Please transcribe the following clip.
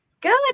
Good